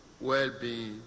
well-being